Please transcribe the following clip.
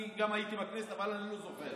אני הייתי בכנסת אבל אני לא זוכר.